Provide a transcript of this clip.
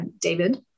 david